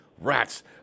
rats